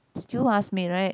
still ask me right